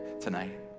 tonight